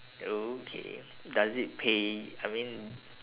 okay does it pay I mean